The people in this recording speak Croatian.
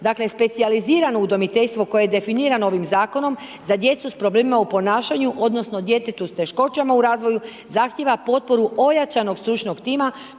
Dakle, specijalizirano udomiteljstvo koje je definirano ovim Zakonom za djecu s problemima u ponašanju odnosno s djetetom s teškoćama u razvoju, zahtijeva potporu ojačanog stručnog tima